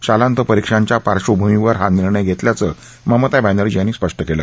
शालांत परिक्षांच्या पार्बभूमीवर हा निर्णय घेतल्याचं ममता बॅनर्जी यांनी स्पष्ट केलं